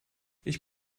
ich